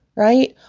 right?